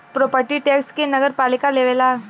property tax के नगरपालिका लेवेला